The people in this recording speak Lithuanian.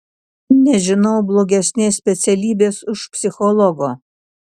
nežinau blogesnės specialybės už psichologo